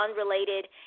unrelated